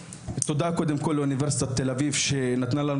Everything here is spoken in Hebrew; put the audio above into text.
אני מודה לאוניברסיטת תל אביב שנתנה לנו